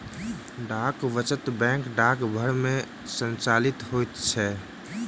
डाक वचत बैंक डाकघर मे संचालित होइत छै